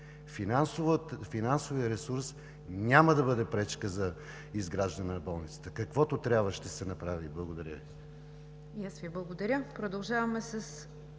Финансовият ресурс няма да бъде пречка за изграждане на болницата – каквото трябва, ще се направи. Благодаря